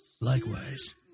Likewise